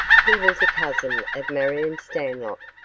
he was a cousin of marion stanlock,